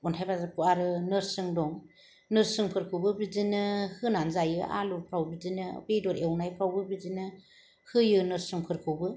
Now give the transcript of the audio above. आनथाइ बाजाबखौ आरो नोर्सिं दं नोर्सिंफोरखौबो बिदिनो होनान जायो आलुफोराव बिदिनो बेदर एवनायफोरावबो बिदिनो होयो नोर्सिंफोरखौबो